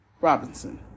Robinson